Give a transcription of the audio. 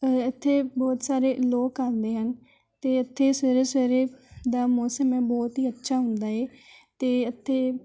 ਇੱਥੇ ਬਹੁਤ ਸਾਰੇ ਲੋਕ ਆਉਂਦੇ ਹਨ ਅਤੇ ਇੱਥੇ ਸਵੇਰੇ ਸਵੇਰੇ ਦਾ ਮੌਸਮ ਹੈ ਬਹੁਤ ਹੀ ਅੱਛਾ ਹੁੰਦਾ ਹੈ ਅਤੇ ਇੱਥੇ